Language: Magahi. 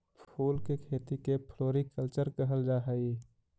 फूल के खेती के फ्लोरीकल्चर कहल जा हई